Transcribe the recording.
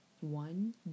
one